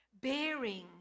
Bearing